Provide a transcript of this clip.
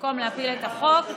במקום להפיל את החוק,